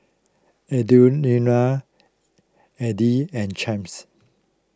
Audriana Eddy and Champ